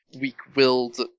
weak-willed